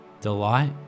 delight